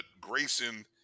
Grayson